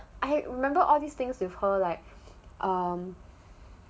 I remember all these things with her like um